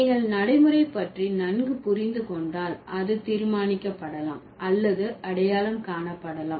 நீங்கள் நடைமுறை பற்றி நன்கு புரிந்து கொண்டால் அது தீர்மானிக்கப்படலாம் அல்லது அடையாளம் காணப்படலாம்